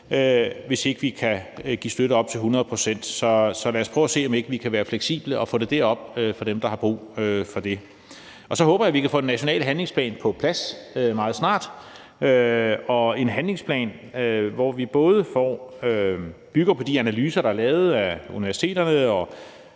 hvis ikke vi kan give støtte op til 100 pct., så lad os prøve at se, om ikke vi kan være fleksible og få det derop for dem, der har brug for det. Og så håber jeg, at vi kan få den nationale handlingsplan på plads meget snart – en handlingsplan, hvor vi både bygger på de analyser, der er lavet af universiteterne, og